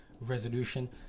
resolution